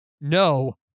no